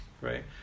right